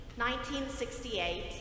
1968